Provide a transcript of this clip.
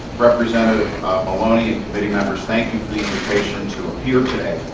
representative maloney, and committee members, thank you for the invitation to appear today.